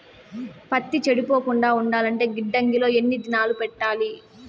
పత్తి చెడిపోకుండా ఉండాలంటే గిడ్డంగి లో ఎన్ని దినాలు పెట్టాలి?